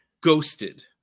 ghosted